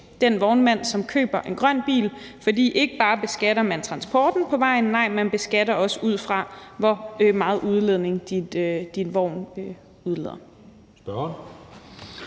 den vognmand, som køber en grøn bil, for ikke bare beskatter man transporten på vejen, nej, man beskatter også ud fra, hvor meget din vogn udleder.